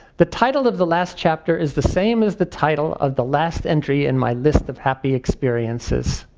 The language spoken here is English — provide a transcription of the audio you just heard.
the title of the last chapter is the same as the title of the last entry in my list of happy experiences.